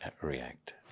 react